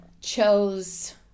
chose